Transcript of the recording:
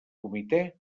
comitè